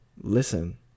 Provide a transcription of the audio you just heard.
listen